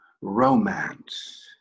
Romance